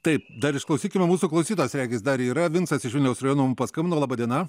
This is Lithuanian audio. taip dar išklausykime mūsų klausytojas regis dar yra vincas iš vilniaus rajono mum paskambino laba diena